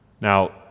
Now